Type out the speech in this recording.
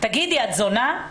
"תגידי, את זונה?